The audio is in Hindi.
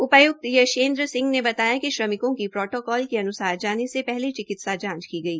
उपाय्क्त यशेंद्र सिंह ने बताया कि श्रमिकों को प्रोटोकल के अनुसर जाने से पहले चिकित्सा जांच कीगई